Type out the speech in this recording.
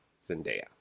Zendaya